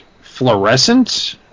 fluorescent